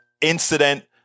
incident